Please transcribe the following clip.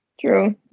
True